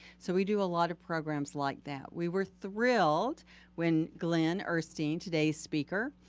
so, we do a lot of programs like that. we were thrilled when glenn ehrstine, today's speaker,